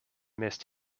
missed